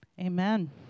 amen